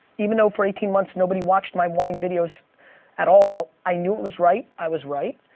even though for eighteen months nobody watched my wine videos at all, i knew it was right. i was right.